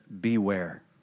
beware